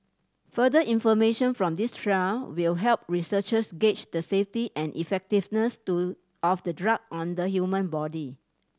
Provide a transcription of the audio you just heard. further information from this trial will help researchers gauge the safety and effectiveness to of the drug on the human body